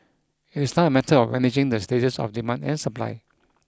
it is now a matter of managing the stages of demand and supply